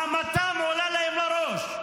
חמתם עולה להם לראש.